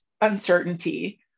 uncertainty